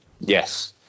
yes